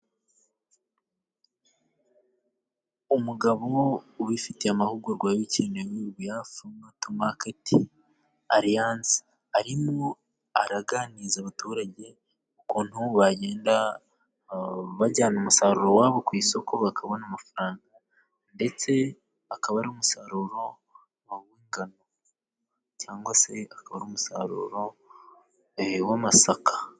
Umugabo ubifitiye amahugurwa bikenewe fma tomarket alliance arim araganiriza abaturage ukuntu bagenda bajyana umusaruro wabo ku isoko bakabona amafaranga, ndetse akaba ari umusaruro w'ingano, cyangwa se akaba umusaruro w'amasaka.